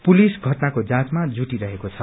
police घटनाको जाँचमा जुटिरहेको छ